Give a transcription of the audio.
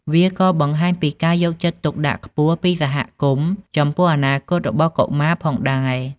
វាក៏បង្ហាញពីការយកចិត្តទុកដាក់ខ្ពស់ពីសហគមន៍ចំពោះអនាគតរបស់កុមារផងដែរ។